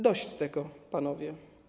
Dość tego, panowie.